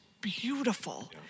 beautiful